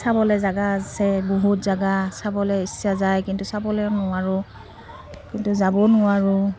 চাবলৈ জেগা আছে বহুত জেগা চাবলৈ ইচ্ছা যায় কিন্তু চাবলৈও নোৱাৰোঁ কিন্তু যাবও নোৱাৰোঁ